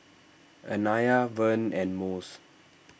Anaya Vern and Mose